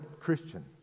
Christian